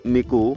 Miku